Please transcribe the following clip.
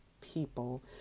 people